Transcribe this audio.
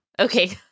Okay